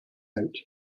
out